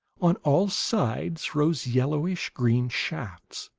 on all sides rose yellowish-green shafts,